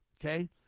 Okay